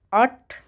ਅੱਠ